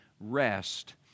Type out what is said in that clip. rest